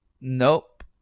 Nope